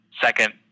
second